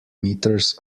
meters